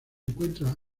encuentra